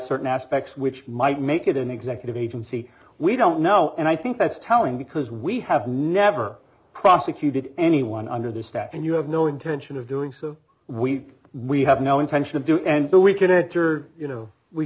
certain aspects which might make it an executive agency we don't know and i think that's telling because we have never prosecuted anyone under the staff and you have no intention of doing so we we have no intention of doing and so we can enter you know we